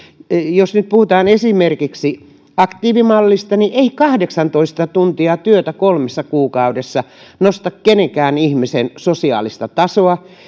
jos nyt puhutaan esimerkiksi aktiivimallista niin ei kahdeksantoista tuntia työtä kolmessa kuukaudessa nosta kenenkään ihmisen sosiaalista tasoa